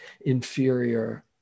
inferior